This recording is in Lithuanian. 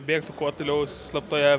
bėgtų kuo toliau slaptoje